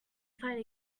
find